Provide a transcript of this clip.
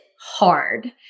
hard